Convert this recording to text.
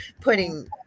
putting